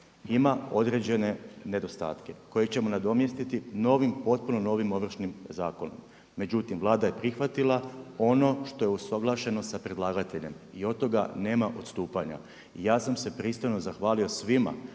ima određene koje ćemo nadomjestiti novim, potpuno novim ovršnim zakonom. Međutim, Vlada je prihvatila ono što je usuglašeno sa predlagateljem i od toga nema odstupanja. Ja sam se pristojno zahvalio svima